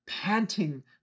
panting